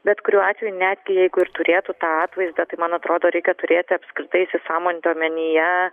bet kuriuo atveju netgi jeigu ir turėtų tą atvaizdą tai man atrodo reikia turėti apskritai įsisąmonint omenyje